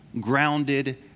grounded